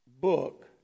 book